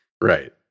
Right